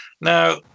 Now